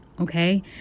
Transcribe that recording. okay